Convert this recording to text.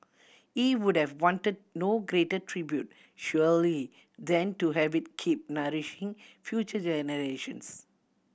he would have wanted no greater tribute surely than to have it keep nourishing future generations